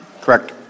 Correct